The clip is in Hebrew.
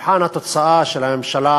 מבחן התוצאה של הממשלה